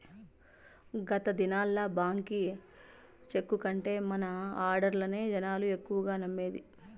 గత దినాల్ల బాంకీ చెక్కు కంటే మన ఆడ్డర్లనే జనాలు ఎక్కువగా నమ్మేది